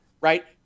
right